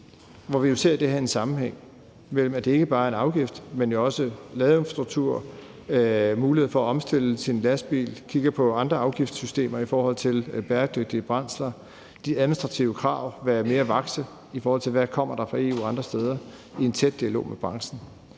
ser jo det her i en sammenhæng, så det er ikke bare en afgift, men også ladeinfrastruktur, mulighed for at omstille sin lastbil, at kigge på andre afgiftssystemer i forhold til bæredygtige brændsler, de administrative krav, være mere vakse, i forhold til hvad der kommer fra EU og andre steder – i en tæt dialog med branchen.